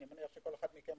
אני מניח שכל אחד מכם,